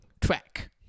track